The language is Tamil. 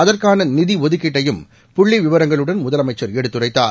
அதற்கான நிதி ஒதுக்கீட்டையும் புள்ளி விவரங்களுடன் முதலமைச்சர் எடுத்துரைத்தார்